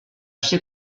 ser